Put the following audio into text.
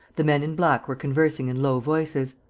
the men in black were conversing in low voices.